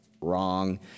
Wrong